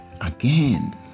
again